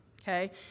okay